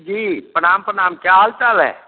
जी प्रणाम प्रणाम क्या हाल है